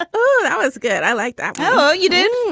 ah oh, that was good. i like that. oh, you didn't